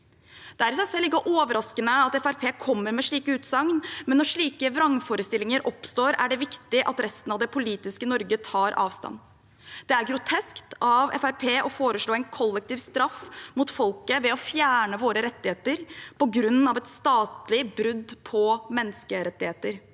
Det er i seg selv ikke overraskende at FrP kommer med slike utsagn, men når slike vrangforestillinger oppstår, er det viktig at resten av det politiske Norge tar avstand. Det er groteskt av FrP å foreslå en kollektiv straff mot folket, ved å fjerne våre rettigheter, på grunn av et statlig brudd på menneskerettigheter.